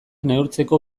neurtzeko